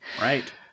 Right